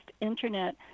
internet